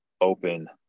open